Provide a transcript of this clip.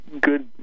good